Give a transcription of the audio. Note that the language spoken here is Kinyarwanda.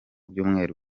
byumweru